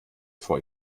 vor